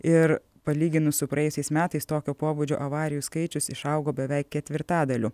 ir palyginus su praėjusiais metais tokio pobūdžio avarijų skaičius išaugo beveik ketvirtadaliu